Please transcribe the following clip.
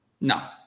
No